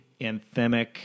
anthemic